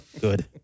Good